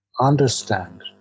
understand